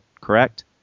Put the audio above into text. correct